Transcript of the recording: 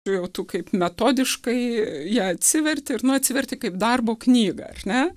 jau tu kaip metodiškai ją atsiverti ir nu atsiverti kaip darbo knygą ar ne